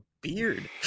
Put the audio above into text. beard